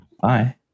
bye